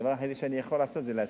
הדבר היחידי שאני יכול לעשות זה להסכים.